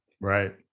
Right